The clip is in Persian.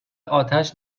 اتش